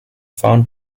found